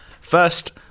first